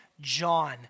John